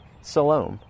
Salome